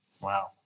Wow